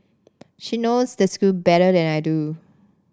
she knows the school better than I do